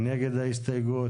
זו הסתייגות מספר 2?